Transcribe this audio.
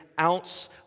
ounce